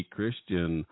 Christian